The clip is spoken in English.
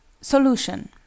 solution